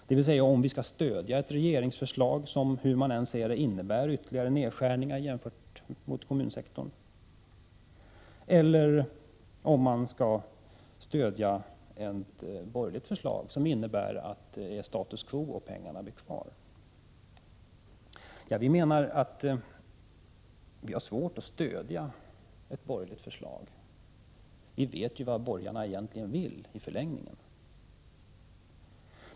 Det gäller alltså om vi skall stödja ett regeringsförslag, som — hur man än ser det —- innebär ytterligare nedskärningar mot kommunsektorn, eller om vi skall stödja ett borgerligt förslag, som innebär status quo och att pengarna blir kvar. Vi har i vpk svårt att stödja ett borgerligt förslag — vi vet ju vad borgarna egentligen vill i förlängningen.